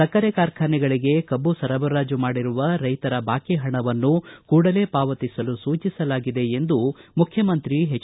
ಸಕ್ಕರೆ ಕಾರ್ಖಾನೆಗಳಿಗೆ ಕಬ್ಬು ಸರಬರಾಜು ಮಾಡಿರುವ ರೈತರ ಬಾಕಿ ಪಣವನ್ನು ಕೂಡಲೇ ಪಾವತಿಸಲು ಸೂಚಿಸಿದ್ದೇನೆ ಎಂದು ಮುಖ್ಯಮಂತ್ರಿ ಎಚ್